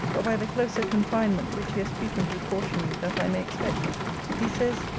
or by the closer confinement which he has frequently cautioned me that i may expect he says,